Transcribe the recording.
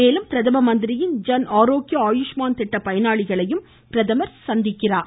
மேலும் பிரதம மந்திரியின் ஜன் ஆரோக்ய ஆயுஷ்மான் திட்ட பயனாளிகளையும் பிரதமர் சந்திக்கிறார்